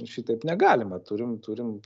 šitaip negalima turim turim